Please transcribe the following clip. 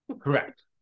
correct